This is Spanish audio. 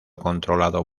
controlado